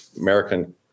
American